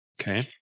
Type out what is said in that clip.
okay